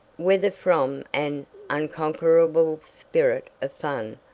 whether from an unconquerable spirit of fun,